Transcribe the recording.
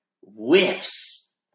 whiffs